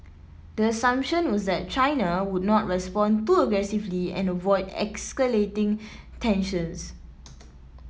the assumption was that China would not respond too aggressively and avoid escalating tensions